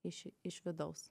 iš iš vidaus